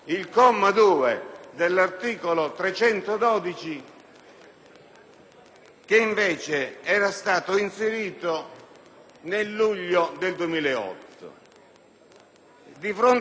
che era stato inserito nel luglio 2008? Di fronte a questa schizofrenica scelta,